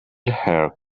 hair